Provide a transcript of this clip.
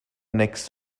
next